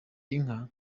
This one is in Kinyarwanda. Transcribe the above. inka